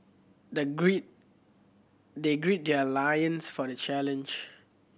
the grid they grid their loins for the challenge